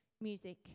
music